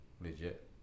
legit